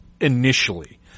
initially